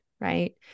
right